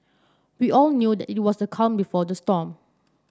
we all knew that it was the calm before the storm